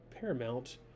paramount